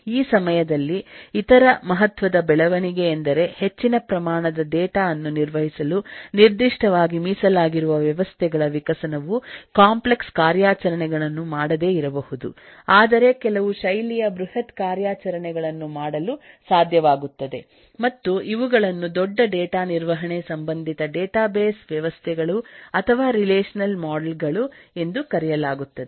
ಈ ಸಮಯದಲ್ಲಿಇತರ ಮಹತ್ವದಬೆಳವಣಿಗೆಯೆಂದರೆ ಹೆಚ್ಚಿನ ಪ್ರಮಾಣದ ಡೇಟಾ ಅನ್ನು ನಿರ್ವಹಿಸಲು ನಿರ್ದಿಷ್ಟವಾಗಿ ಮೀಸಲಾಗಿರುವ ವ್ಯವಸ್ಥೆಗಳ ವಿಕಸನವು ಕಾಂಪ್ಲೆಕ್ಸ್ ಕಾರ್ಯಾಚರಣೆಗಳನ್ನುಮಾಡದೇ ಇರಬಹುದು ಆದರೆಕೆಲವು ಶೈಲಿಯ ಬೃಹತ್ ಕಾರ್ಯಾಚರಣೆಗಳನ್ನು ಮಾಡಲು ಸಾಧ್ಯವಾಗುತ್ತದೆ ಮತ್ತುಇವುಗಳನ್ನು ದೊಡ್ಡ ಡೇಟಾ ನಿರ್ವಹಣೆ ಸಂಬಂಧಿತ ಡೇಟಾಬೇಸ್ ವ್ಯವಸ್ಥೆಗಳು ಅಥವಾ ರಿಲೇಶನಲ್ ಮಾಡೆಲ್ ಗಳು ಎಂದು ಕರೆಯಲಾಗುತ್ತದೆ